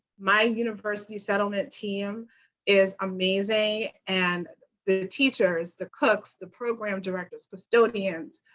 my university settlement team is amazing, and the teachers, the cooks, the program directors, custodians,